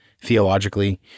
theologically